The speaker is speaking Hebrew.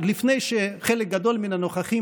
עוד לפני שחלק גדול מן הנוכחים,